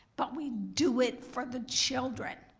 but we do it for the children.